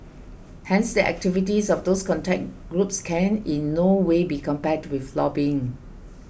hence the activities of these contact groups can in no way be compared with lobbying